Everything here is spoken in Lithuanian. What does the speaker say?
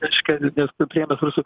reiškia nes nutrėmęs visur